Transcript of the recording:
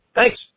thanks